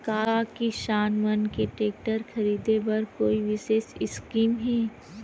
का किसान मन के टेक्टर ख़रीदे बर कोई विशेष स्कीम हे?